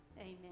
Amen